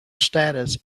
status